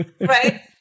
Right